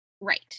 Right